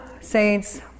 saints